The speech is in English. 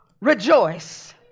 rejoice